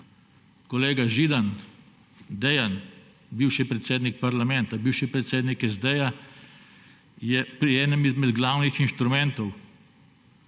Kolega Dejan Židan, bivši predsednik parlamenta, bivši predsednik SD, je pri enem izmed glavnih inštrumentov,